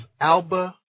Alba